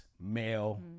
male